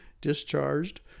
discharged